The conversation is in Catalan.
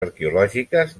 arqueològiques